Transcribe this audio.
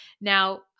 Now